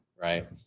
Right